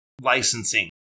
licensing